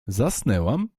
zasnęłam